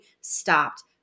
stopped